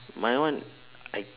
my one I